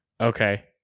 Okay